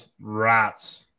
rats